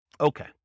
Okay